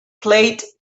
plate